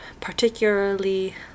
particularly